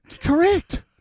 correct